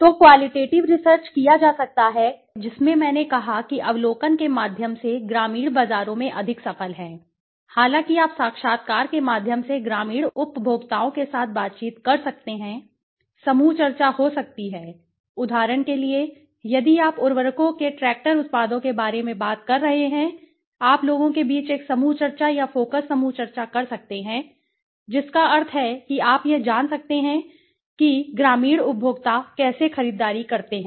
तो qualitative research किया जा सकता है जिसमें मैंने कहा कि अवलोकन के माध्यम से ग्रामीण बाजारों में अधिक सफल है हालांकि आप साक्षात्कार के माध्यम से ग्रामीण उपभोक्ताओं के साथ बातचीत कर सकते हैं समूह चर्चा हो सकती है उदाहरण के लिए यदि आप उर्वरकों के ट्रैक्टर उत्पादों के बारे में बात कर रहे हैं आप लोगों के बीच एक समूह चर्चा या फोकस समूह चर्चा कर सकते हैं जिसका अर्थ है कि आप यह जान सकते हैं कि वे कैसे खरीदारी करते हैं और ग्रामीण उपभोक्ता कैसे खरीदते हैं